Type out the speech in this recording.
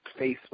Facebook